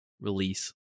release